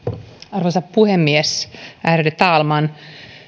arvoisa puhemies ärade talman